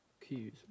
cues